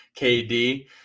KD